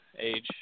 Age